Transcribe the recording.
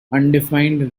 undefined